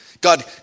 God